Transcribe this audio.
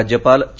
राज्यपाल चे